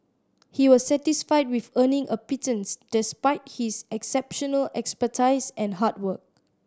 he was satisfied with earning a pittance despite his exceptional expertise and hard work